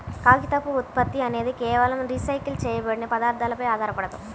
కాగితపు ఉత్పత్తి అనేది కేవలం రీసైకిల్ చేయబడిన పదార్థాలపై ఆధారపడదు